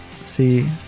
see